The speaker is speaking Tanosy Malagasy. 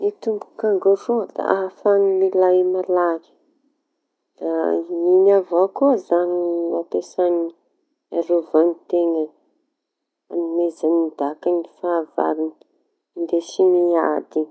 Ny tomboky kangaro da ahafahany milay malaky. Da iñy avao koa zañy no ampisañy hiarovany teñany, añomezañy daka ny fahavaloñy ndesy miady.